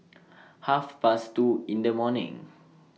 Half Past two in The morning